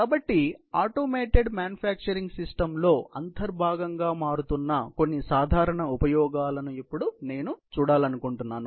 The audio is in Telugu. కాబట్టి ఆటోమేటెడ్ మ్యానుఫ్యాక్చరింగ్ సిస్టంలో అంతర్భాగంగా మారుతున్న కొన్ని సాధారణ ఉపయోగాలను ఇప్పుడు నేను చూడాలనుకుంటున్నాను